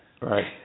Right